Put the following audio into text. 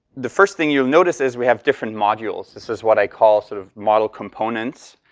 the first thing you will notice is, we have different modules. this is what i call sort of model components.